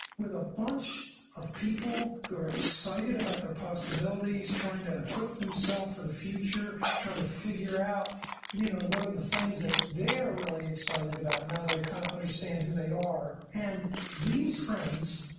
with a bunch of people who are excited about their possibilities, trying to equip themself for the future, trying to figure out you know what are the things that they're really excited about now that they kind of understand who they are and these friends